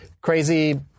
crazy